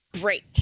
Great